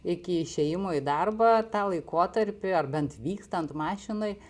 iki išėjimo į darbą tą laikotarpį ar bent vykstant mašinoj